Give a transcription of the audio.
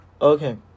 Okay